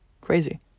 Crazy